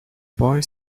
boy